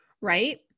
right